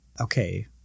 Okay